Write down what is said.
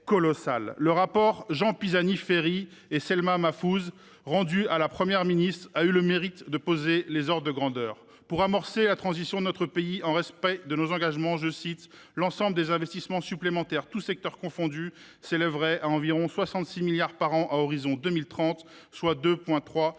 Le rapport que Jean Pisani Ferry et Selma Mahfouz ont rendu à la Première ministre a le mérite de poser les ordres de grandeur. Pour amorcer la transition de notre pays dans le respect de nos engagements, « l’ensemble des investissements supplémentaires, tous secteurs confondus, s’élèverait à environ 66 milliards d’euros par an à l’horizon 2030, soit 2,3 points